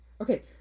okay